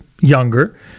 younger